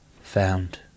found